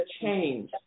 change